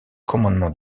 commandement